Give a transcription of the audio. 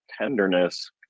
tenderness